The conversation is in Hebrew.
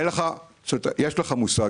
אני מניח שיש לך מושג,